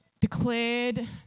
declared